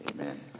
Amen